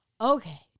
okay